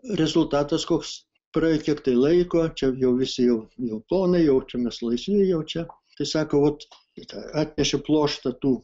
rezultatas koks praėjo kiek laiko čia jau visi jau jau ponai jaučiamės laisvi jau čia tai sako vat kitą atnešė pluoštą tų